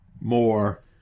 more